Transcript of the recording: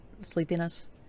sleepiness